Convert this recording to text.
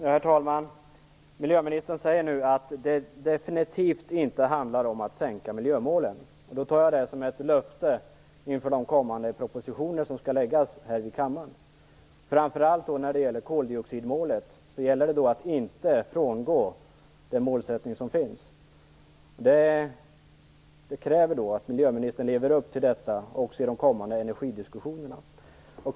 Herr talman! Miljöministern säger nu att det definitivt inte handlar om att sänka miljömålen. Då tar jag det som ett löfte inför de propositioner som skall läggas fram här i kammaren. Framför allt när det gäller koldioxidmålet gäller det att inte frångå den målsättning som finns. Det kräver att miljöministern lever upp till detta också i de kommande energidiskussionerna.